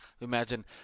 imagine